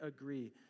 agree